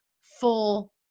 full